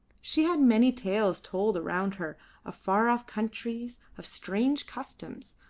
she heard many tales told around her of far-off countries, of strange customs,